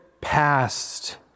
past